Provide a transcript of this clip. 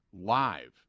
live